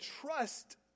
trust